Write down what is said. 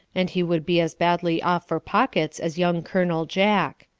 and he would be as badly off for pockets as young colonel jack.